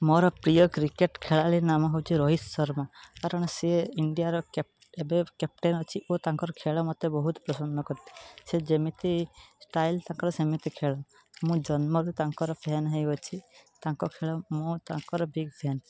ମୋର ପ୍ରିୟ କ୍ରିକେଟ୍ ଖେଳାଳି ନାମ ହେଉଛି ରୋହିତ ଶର୍ମା କାରଣ ସିଏ ଇଣ୍ଡିଆର କ୍ୟାପ୍ ଏବେ କ୍ୟାପଟେନ୍ ଅଛି ଓ ତାଙ୍କର ଖେଳ ମଧ୍ୟ ମୋତେ ବହୁତ ପ୍ରଶନ୍ନ କରିଛି ସେ ଯେମିତି ଷ୍ଟାଇଲ୍ ତାଙ୍କର ସେମିତି ଖେଳ ମୁଁ ଜନ୍ମରୁ ତାଙ୍କର ଫ୍ୟାନ୍ ହେଇଅଛି ତାଙ୍କ ଖେଳ ମୁଁ ତାଙ୍କର ବିଗ୍ ଫ୍ୟାନ୍